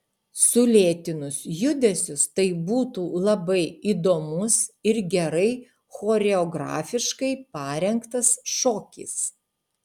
sulėtinus judesius tai būtų labai įdomus ir gerai choreografiškai parengtas šokis